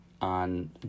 on